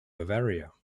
bavaria